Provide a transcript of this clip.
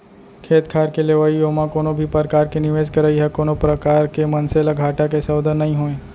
खेत खार के लेवई ओमा कोनो भी परकार के निवेस करई ह कोनो प्रकार ले मनसे ल घाटा के सौदा नइ होय